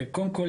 קודם כל,